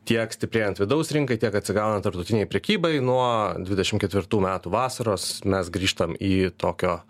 tiek stiprėjant vidaus rinkai tiek atsigaunant tarptautinei prekybai nuo dvidešimt ketvirtų metų vasaros mes grįžtam į tokio